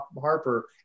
Harper